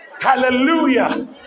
Hallelujah